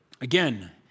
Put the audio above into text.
Again